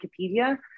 Wikipedia